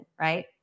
right